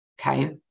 Okay